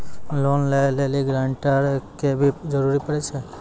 Loan लै लेली guarantor के भी जरूरी पड़ै छै?